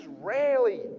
rarely